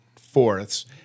fourths